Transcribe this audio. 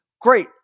Great